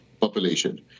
population